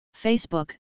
Facebook